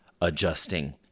adjusting